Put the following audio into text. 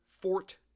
Fort